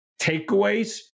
takeaways